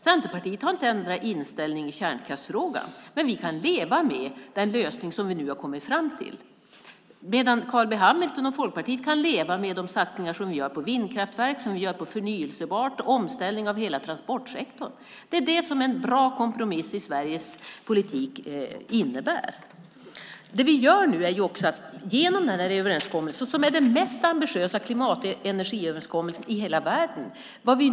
Centerpartiet har inte ändrat inställning i kärnkraftsfrågan, men vi kan leva med den lösning som vi nu har kommit fram till. Carl B Hamilton och Folkpartiet kan leva med de satsningar som vi nu gör på vindkraft, förnybart och på en omställning av hela transportsektorn. Det är det som en bra kompromiss i Sveriges politik innebär. Den här överenskommelsen är den mest ambitiösa klimat och energiöverenskommelsen i hela världen.